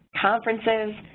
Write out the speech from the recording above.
conferences,